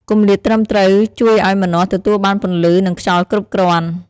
គម្លាតត្រឹមត្រូវជួយឲ្យម្នាស់ទទួលបានពន្លឺ និងខ្យល់គ្រប់គ្រាន់។